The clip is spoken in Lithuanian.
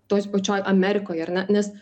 toj pačioj amerikoj ar ne nes